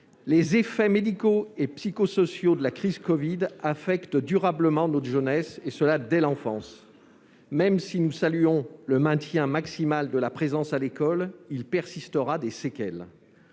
Les effets médicaux et psychosociaux de la crise du covid-19 affectent durablement notre jeunesse, et ce dès l'enfance. Même si nous saluons le maintien maximal de la présence à l'école, des séquelles